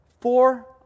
four